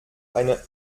einer